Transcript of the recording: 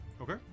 okay